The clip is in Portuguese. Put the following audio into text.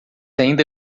ainda